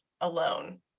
alone